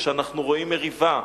כשאנחנו רואים מריבה,